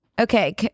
Okay